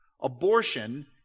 Abortion